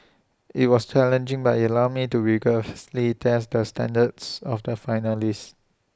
IT was challenging but IT allowed me to rigorously test the standards of the finalist